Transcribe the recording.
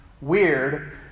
weird